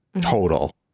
total